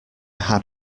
had